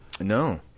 no